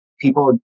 People